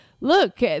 Look